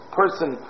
person